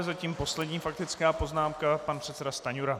Zatím poslední faktická poznámka pan předseda Stanjura.